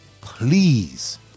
please